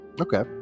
okay